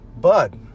bud